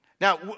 Now